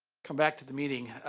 come back to the meeting.